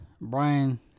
Brian